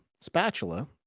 spatula